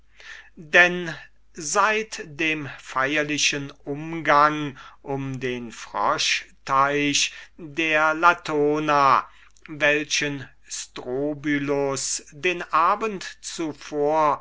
denn seit dem großen feierlichen umgang um den froschteich der latona welchen strobylus den abend zuvor